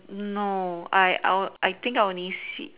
no I I I think are only seeds